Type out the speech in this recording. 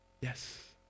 Yes